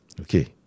Okay